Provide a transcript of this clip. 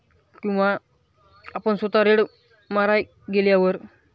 किंवा आपण स्वतः रेड माराय गेल्यावर